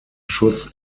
schuss